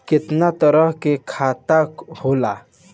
केतना तरह के खाता होला?